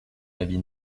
habit